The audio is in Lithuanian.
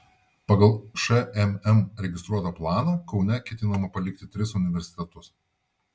pagal šmm registruotą planą kaune ketinama palikti tris universitetus